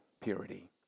purity